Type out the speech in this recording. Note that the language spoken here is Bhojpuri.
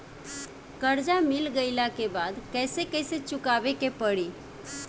कर्जा मिल गईला के बाद कैसे कैसे चुकावे के पड़ी?